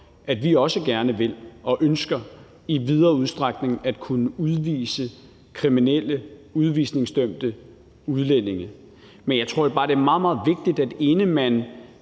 og vi ønsker også i videre udstrækning at kunne udvise kriminelle udvisningsdømte udlændinge. Men jeg tror bare, det er meget, meget vigtigt, inden man